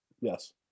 Yes